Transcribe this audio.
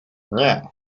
nie